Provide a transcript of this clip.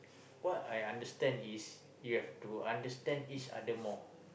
what I understand is you have to understand each other more